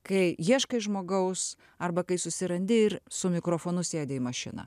kai ieškai žmogaus arba kai susirandi ir su mikrofonu sėdi į mašiną